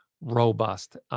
robust